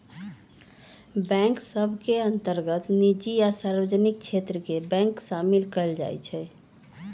bank सभ के अंतर्गत निजी आ सार्वजनिक क्षेत्र के बैंक सामिल कयल जाइ छइ